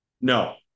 no